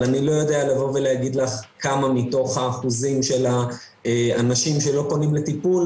אבל אני לא יודע להגיד לך כמה מתוך האחוזים של האנשים שלא פונים לטיפול,